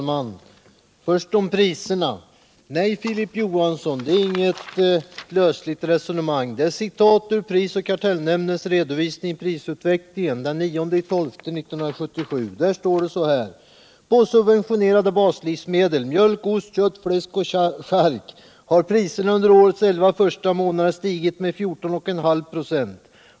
Herr talman! Nej, Filip Johansson, det är inget lösligt resonemang, utan det är ett citat ur prisoch kartellnämndens redovisning av prisutvecklingen den 9 december 1977. Där står det: ”På subventionerade baslivsmedel — mjölk, ost, kött, fläsk och chark — har priserna under årets elva första månader stigit med 14,5 procent.